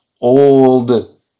old